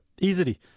easily